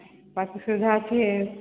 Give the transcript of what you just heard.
parking ସୁବିଧା ଅଛି